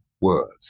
words